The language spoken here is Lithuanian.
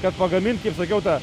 kad pagamint kaip sakiau tą